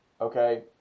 okay